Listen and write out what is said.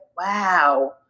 wow